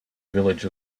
village